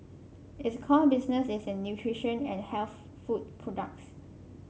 its core business is in nutrition and health food products